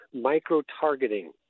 micro-targeting